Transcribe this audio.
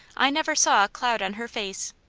i never saw a cloud on her face.